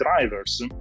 drivers